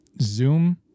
Zoom